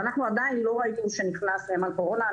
אנחנו עדיין לא ראינו שנכנס נאמן קורונה.